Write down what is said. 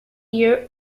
year